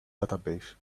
database